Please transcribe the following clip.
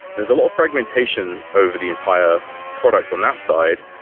there's a lot of fragmentation over the entire product on that side,